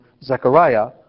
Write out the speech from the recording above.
Zechariah